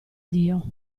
dio